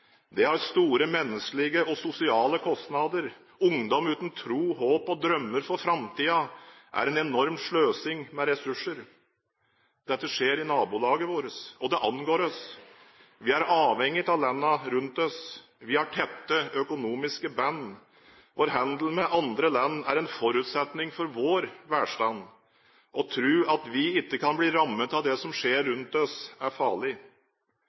Det har store menneskelige og sosiale kostnader. Ungdom uten tro, håp og drømmer for framtiden er en enorm sløsing med ressurser. Dette skjer i nabolaget vårt. Og det angår oss. Vi er avhengige av landene rundt oss. Vi har tette økonomiske bånd. Vår handel med andre land er en forutsetning for vår velstand. Å tro at vi ikke kan bli rammet av det som skjer rundt oss, er farlig.